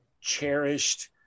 cherished